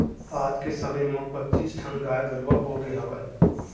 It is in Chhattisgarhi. आज के समे म पच्चीस ठन गाय गरूवा होगे हवय